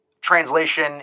translation